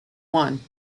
one